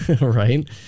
Right